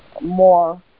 more